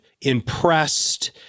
impressed